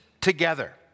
together